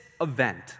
event